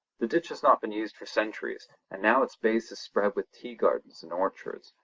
the ditch has not been used for centuries, and now its base is spread with tea-gardens and orchards,